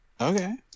Okay